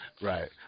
right